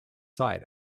sight